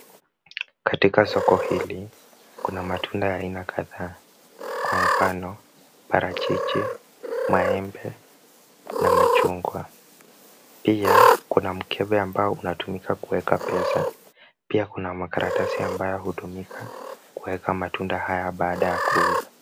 Katika soko hili, kuna matunda ya aina kadhaa. Kwa mfano; parachichi, maembe na machungwa. Pia kuna mkebe ambao unatumika kueka pesa. Pia kuna makaratasi ambayo hutumika kueka matunda haya baada ya kuuza.